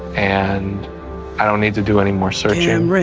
and i don't need to do any more search and